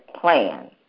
plan